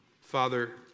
Father